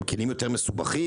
הם כלים יותר מסובכים,